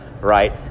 right